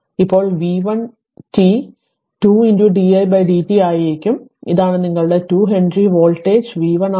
ഇപ്പോൾ v 1 t 2 di dt ആയിരിക്കും ഇതാണ് നിങ്ങളുടെ 2 ഹെൻറിയും വോൾട്ടേജും v 1 ആണ്